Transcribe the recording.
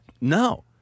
No